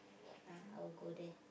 ah I will go there